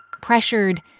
pressured